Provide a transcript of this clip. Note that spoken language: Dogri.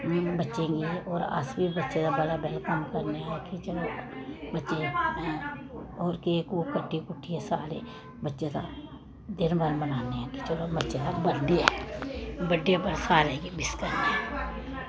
बच्चें गी होर अस बी बच्चे दा बड़ा वैलकम्म करने आं कि चलो बच्चे होर केक कूक कट्टी कुट्टियै सारे बच्चे दा दिन भर मनाने आं कि चलो बच्चे दा बर्थडे ऐ बर्थडे पर सारें गी मिस्त